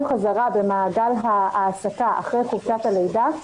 בחזרה במעגל ההעסקה אחרי חופשת הלידה,